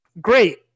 great